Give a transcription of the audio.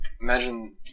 imagine